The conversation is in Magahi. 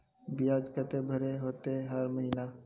बियाज केते भरे होते हर महीना?